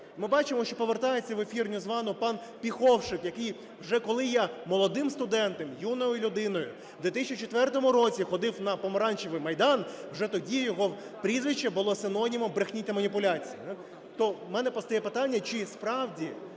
Ми бачимо, що повертається в ефір NewsOne пан Піховшек, який вже, коли я молодим студентом, юною людиною в 2004 році ходив на Помаранчевий майдан, вже тоді його прізвище було синонімом брехні та маніпуляцій. То в мене постає питання: чи справді